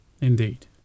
Indeed